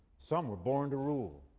some were born to rule.